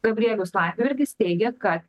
gabrielius landsbergis teigia kad